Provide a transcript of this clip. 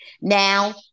Now